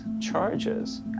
charges